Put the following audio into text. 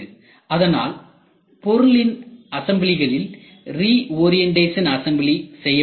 அதனால் பொருளின் அசம்பிளிகளில் ரிஓரியன்டேஷன் அசம்பிளி செய்யப்படுகிறது